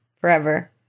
forever